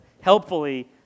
helpfully